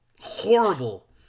horrible